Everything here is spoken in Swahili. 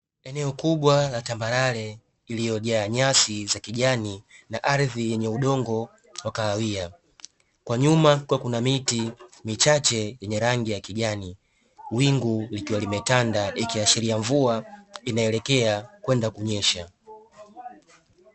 Eneo kubwa la tambarare iliyojaa nyasi za kijani na ardhi yenye udongo wa kahawia. Kwa nyuma kukiwa kuna miti michache yenye rangi ya kijani, Wingu likiwa limetanda ikiashiria mvua inaelekea kwenda kunyesha.